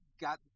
got